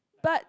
but